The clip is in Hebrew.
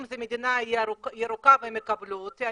אם זו מדינה ירוקה והם יקבלו אותי,